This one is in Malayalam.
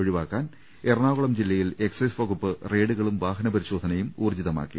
ഒഴിവാക്കാൻ എറണാകുളം ജില്ലയിൽ എക്സൈസ് വകുപ്പ് റെയ്ഡുകളും വാഹനപരിശോധനകളും ഊർജ്ജിതമാക്കി